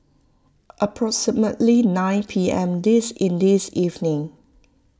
approximately nine P M this in this evening